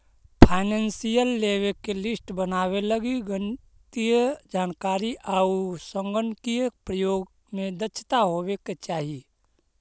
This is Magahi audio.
फाइनेंसियल लेवे के लिस्ट बनावे लगी गणितीय जानकारी आउ संगणकीय प्रयोग में दक्षता होवे के चाहि